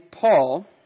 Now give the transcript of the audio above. Paul